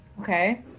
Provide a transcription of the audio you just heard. Okay